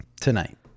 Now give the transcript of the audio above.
Tonight